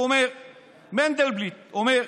מנדלבליט אומר: